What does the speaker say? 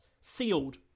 sealed